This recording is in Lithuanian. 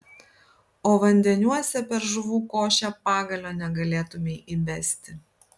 o vandeniuose per žuvų košę pagalio negalėtumei įbesti